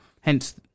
hence